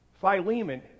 Philemon